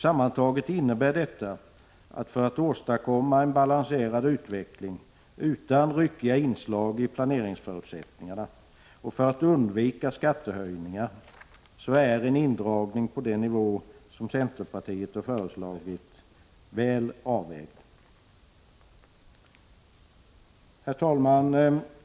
Sammantaget innebär detta att för att åstadkomma en balanserad utveckling utan ryckiga inslag i planeringsförutsättningarna och för att undvika skattehöjningar är en indragning på den nivå som centerpartiet föreslagit väl avvägd. Herr talman!